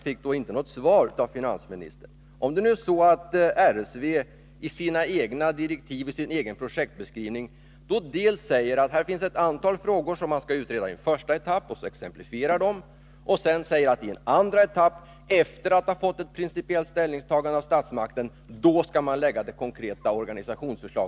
RSV har ju i sina egna direktiv och sin egen projektbeskrivning dels sagt att det finns ett antal frågor som skall utredas i en första etapp — och exemplifierat dem — dels sagt att man i en andra etapp, efter att ha fått ett principiellt ställningstagande av statsmakten, skall lägga fram ett konkret organisationsförslag.